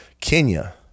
Kenya